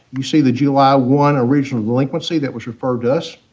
you see that july one, a regional delinquency that was referred to us.